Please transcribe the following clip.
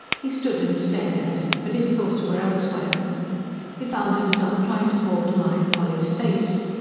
he stood and stared at it but his thoughts were elsewhere he found himself trying to call to mind polly's face.